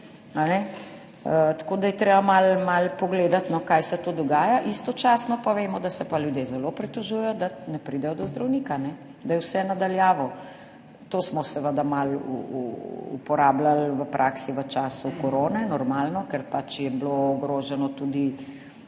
Tako da je treba malo malo pogledati, kaj se tu dogaja. Istočasno pa vemo, da se ljudje zelo pritožujejo, da ne pridejo do zdravnika, da je vse na daljavo. To smo seveda malo uporabljali v praksi v času korone, normalno, ker je bilo pač ogroženo,